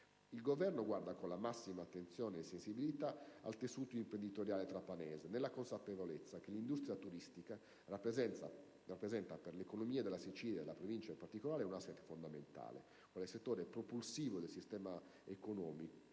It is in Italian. Il Governo guarda, con la massima attenzione e sensibilità, al tessuto imprenditoriale trapanese, nella consapevolezza che l'industria turistica rappresenta per l'economia della Sicilia, e per la provincia in questione in particolare, un *asset* fondamentale, quale settore propulsivo del sistema economico